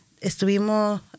estuvimos